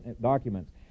documents